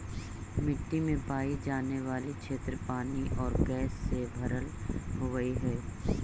मिट्टी में पाई जाने वाली क्षेत्र पानी और गैस से भरल होवअ हई